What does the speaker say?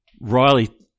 Riley